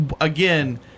again